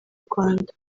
rwanda